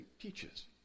teaches